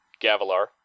Gavilar